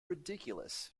ridiculous